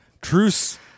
Truce